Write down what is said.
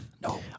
No